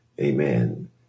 Amen